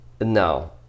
No